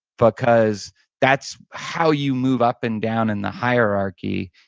because that's how you move up and down in the hierarchy.